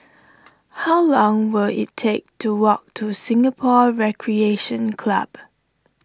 how long will it take to walk to Singapore Recreation Club